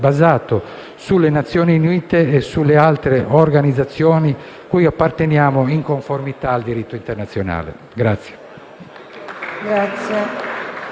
basato sulle Nazioni Unite e le altre organizzazioni cui apparteniamo in conformità al diritto internazionale.